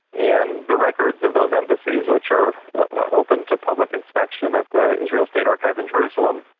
and the records of those embassies, which are open to public inspection at the israel state archives in jerusalem,